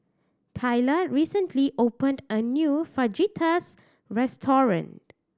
Tayla recently opened a new Fajitas restaurant